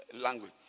language